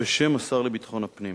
בשם השר לביטחון הפנים.